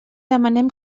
demanem